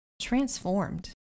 transformed